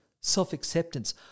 self-acceptance